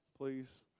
Please